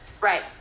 Right